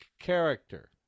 character